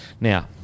now